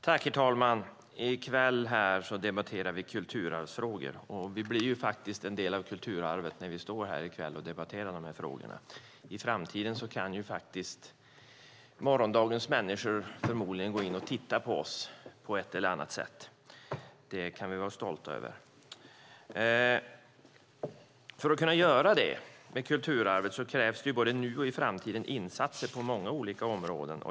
Herr talman! I kväll debatterar vi kulturarvsfrågor, och vi blir faktiskt en del av kulturarvet när vi gör det. I framtiden kan förmodligen människor gå in och titta på oss på ett eller annat sätt. Det kan vi vara stolta över. För att kunna göra det krävs både nu och i framtiden insatser på många olika områden.